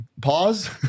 pause